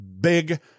big